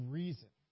reason